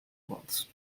months